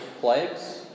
plagues